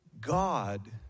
God